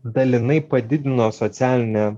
dalinai padidino socialinę